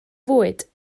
fwyd